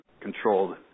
controlled